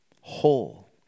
whole